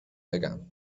بگم